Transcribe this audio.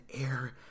air